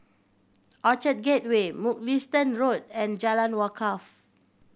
Orchard Gateway Mugliston Road and Jalan Wakaff